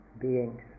beings